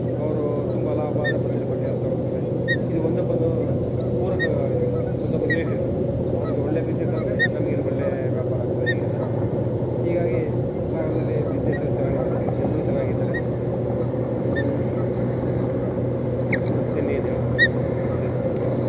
ಅವರು ತುಂಬ ಲಾಭ ಆದರೆ ಬಂದು ಇಲಿ ಬಟ್ಟೆ ಎಲ್ಲ ತಗೊಳ್ತಾರೆ ಇದು ಒಂದಕ್ಕೊಂದು ಪೂರಕ ವ್ಯವಹಾರ ಇದು ಒಂದಕ್ಕೊಂದು ರಿಲೇಟೆಡು ಅವರಿಗೆ ಒಳ್ಳೆ ಬಿಸ್ನೆಸ್ ಆದರೆ ನಮಗೆ ಇಲ್ಲಿ ಒಳ್ಳೆ ವ್ಯಾಪಾರ ಆಗ್ತದೆ ಹೀಗೆಲ್ಲ ಹೀಗಾಗಿ ಸಾಗರದಲ್ಲಿ ಬಿಸ್ನೆಸ್ ಎಲ್ಲ ಚೆನ್ನಾಗಿ ನಡೀತಿದೆ ಎಲ್ಲರೂ ಚೆನ್ನಾಗಿದ್ದಾರೆ ಮತ್ತಿನ್ನೇನು ಹೇಳೋದು ಅಷ್ಟೆ